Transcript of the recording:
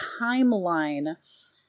timeline